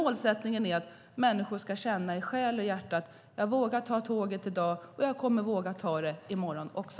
Målsättningen är att människor ska känna i själ och hjärta: Jag vågar ta tåget i dag, och jag kommer att våga ta det i morgon också.